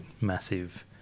massive